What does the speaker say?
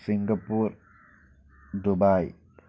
Singapore Dubai